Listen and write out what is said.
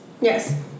Yes